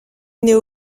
néo